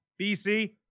BC